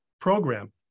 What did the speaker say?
program